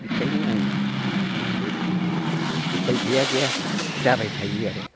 बिखायनो आं एसे उफाय गैया गैया जाबाय थायो आरो